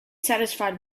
satisfied